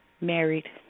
married